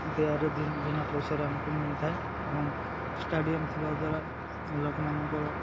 ଦେୟରେ ବିନା ପଇସାରେ ଆମକୁ ମିଳିଥାଏ ଏବଂ ଷ୍ଟାଡ଼ିୟମ୍ ଥିବା ଦ୍ୱାରା ଲୋକମାନଙ୍କର